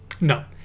No